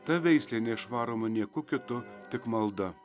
ta veislė neišvaroma nieku kitu tik malda